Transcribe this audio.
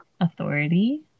authority